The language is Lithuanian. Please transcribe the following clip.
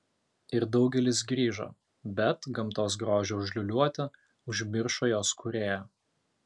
ir daugelis grįžo bet gamtos grožio užliūliuoti užmiršo jos kūrėją